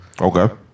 Okay